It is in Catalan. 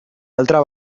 altra